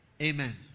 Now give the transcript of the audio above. amen